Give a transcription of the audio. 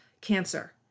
cancer